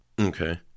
Okay